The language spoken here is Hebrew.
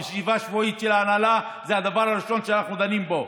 בישיבה השבועית של ההנהלה זה הדבר הראשון שאנחנו דנים בו,